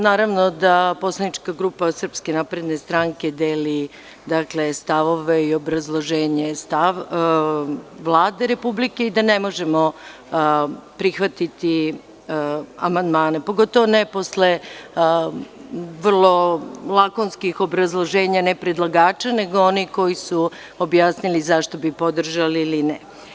Naravno da poslanička grupa Srpske napredne stranke deli stavove i obrazloženje, stav Vlade Republike, i da ne možemo prihvatiti amandmane, pogotovo ne posle vrlo lakonskih obrazloženja, ne predlagača, nego onih koji su objasnili zašto bi podržali ili ne.